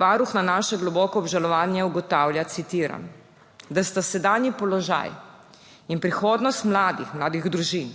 Varuh na naše globoko obžalovanje ugotavlja, citiram, »da sta sedanji položaj in prihodnost mladih, mladih družin